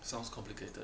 sounds complicated